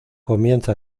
comienza